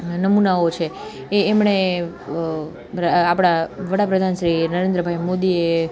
નમૂનાઓ છે એ એમણે આપણા વડાપ્રધાન શ્રી નરેન્દ્રભાઈ મોદીએ